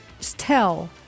tell